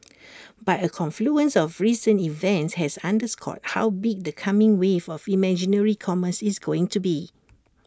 but A confluence of recent events has underscored how big the coming wave of imaginary commerce is going to be